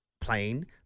plane